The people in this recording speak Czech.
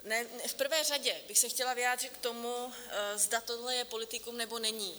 V prvé řadě bych se chtěla vyjádřit k tomu, zda tohle je politikum, nebo není.